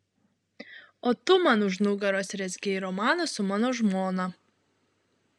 o tu man už nugaros rezgei romaną su mano žmona